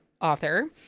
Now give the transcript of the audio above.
author